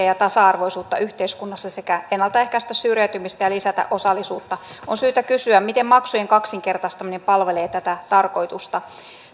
ja tasa arvoisuutta yhteiskunnassa sekä ennalta ehkäistä syrjäytymistä ja lisätä osallisuutta on syytä kysyä miten maksujen kaksinkertaistaminen palvelee tätä tarkoitusta